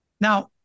Now